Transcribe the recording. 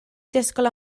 disgwyl